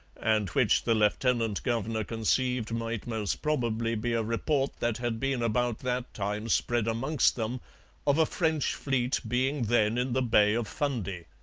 and which the lieutenant-governor conceived might most probably be a report that had been about that time spread amongst them of a french fleet being then in the bay of fundy